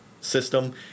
system